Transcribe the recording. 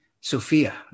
Sophia